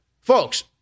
Folks